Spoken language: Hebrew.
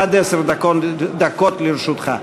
עד עשר דקות לרשותך.